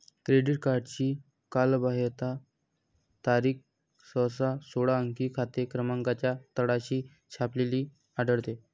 credit कार्डची कालबाह्यता तारीख सहसा सोळा अंकी खाते क्रमांकाच्या तळाशी छापलेली आढळते